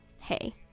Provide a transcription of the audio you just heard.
hey